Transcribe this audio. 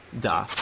duh